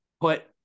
put